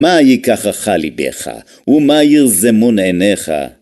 מה ייקח אחלי בך, ומה ירזמון עיניך?